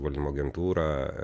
valdymo agentūra